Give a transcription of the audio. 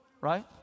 Right